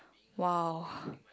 !wow!